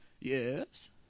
Yes